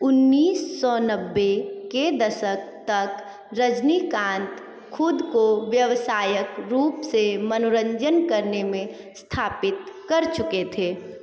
उन्नीस सौ नब्बे के दशक तक रजनीकांत खुद को व्यवसायक रूप से मनोरंजन करने मे स्थापित कर चुके थे